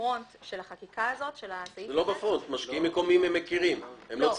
בפרונט של החקיקה הזאת -- הם לא בפרונט.